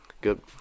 Good